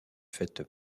faite